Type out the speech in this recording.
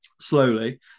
slowly